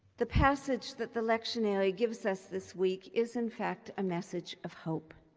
the passage that the lectionary gives us this week is in fact a message of hope.